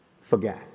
forgot